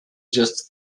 just